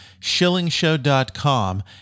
shillingshow.com